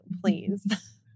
please